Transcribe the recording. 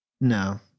no